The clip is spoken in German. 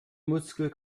muskel